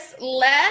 left